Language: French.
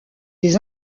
des